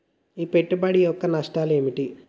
ఈ పెట్టుబడి యొక్క నష్టాలు ఏమిటి?